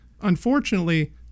unfortunately